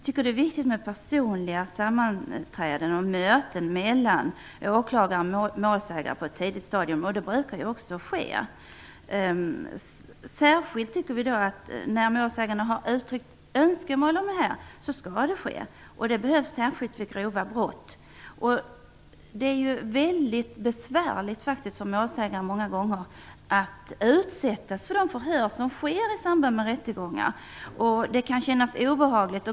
Tycker det är viktigt med personliga sammanträden och möten mellan åklagaren och målsäganden på ett tidigt stadium, och det brukar också ske. Det gäller särskilt när målsägande har uttryckt önskemål om detta. Då skall det också ske. Det behövs speciellt vid grova brott. Det är många gånger väldigt besvärligt för målsäganden att utsättas för de förhör som sker i samband med rättegångar, och det kan kännas obehagligt.